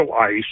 ice